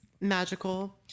magical